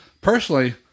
Personally